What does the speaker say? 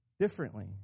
differently